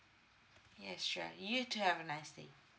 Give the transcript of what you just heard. yes sure you too have a nice day